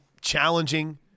challenging